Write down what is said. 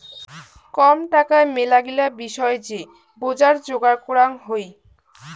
কম টাকায় মেলাগিলা বিষয় যে বজার যোগার করাং হই